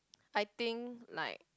I think like